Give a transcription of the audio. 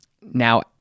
Now